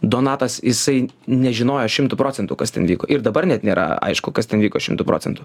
donatas jisai nežinojo šimtu procentų kas ten vyko ir dabar net nėra aišku kas ten vyko šimtu procentų